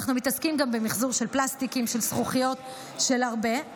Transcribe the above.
אנחנו מתעסקים גם במחזור של פלסטיק וזכוכיות ועוד הרבה,